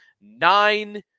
Nine